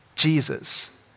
Jesus